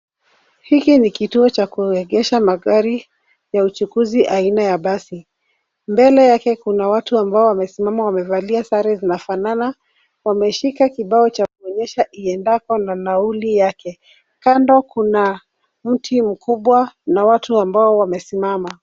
Hiki ni kituo cha kuegesha magari ya uchukuzi aina ya basi. Mbele yake kuna watu ambao wamesimama wamevalia sare zinafanana wameshika kibao cha kuonyesha iendapo na nauli yake. Kando kuna mti mkubwa na watu ambao wamesimama.